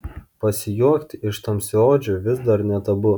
pasijuokti iš tamsiaodžio vis dar ne tabu